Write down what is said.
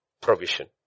Provision